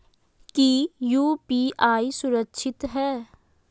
की यू.पी.आई सुरक्षित है?